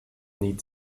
need